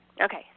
Okay